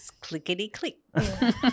clickety-click